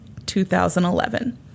2011